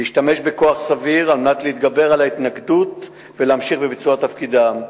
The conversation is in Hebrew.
להשתמש בכוח סביר על מנת להתגבר על ההתנגדות ולהמשיך בביצוע תפקידם.